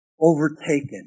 overtaken